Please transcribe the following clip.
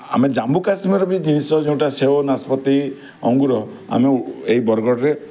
ଆମେ ଜାମ୍ମୁ କାଶ୍ମୀରର ବି ଜିନିଷ ଯେଉଁଟା ସେଉ ନାସପାତି ଅଙ୍ଗୁର ଆମେ ଏଇ ବରଗଡ଼ରେ